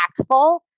impactful